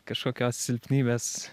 kažkokios silpnybės